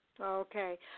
Okay